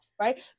right